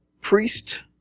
priest